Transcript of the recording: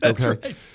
Okay